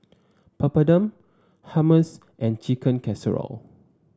Papadum Hummus and Chicken Casserole